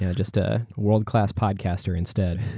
yeah just a world-class podcaster instead.